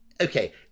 okay